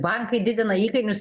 bankai didina įkainius